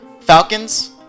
Falcons